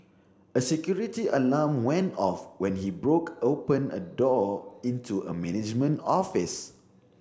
a security alarm went off when he broke open a door into a management office